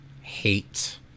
hate